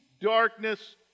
darkness